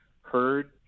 heard